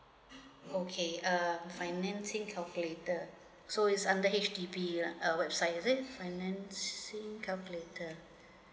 okay uh financing calculator so is under H_D_B uh website is it financing calculator